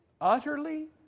utterly